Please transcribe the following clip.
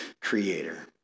creator